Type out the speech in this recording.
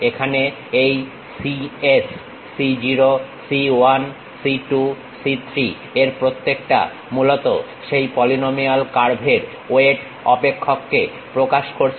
এখানে এই cs c0 c 1 c 2 c 3 এর প্রত্যেকটা মূলত সেই পলিনোমিয়াল কার্ভ এর ওয়েট অপেক্ষককে প্রকাশ করছে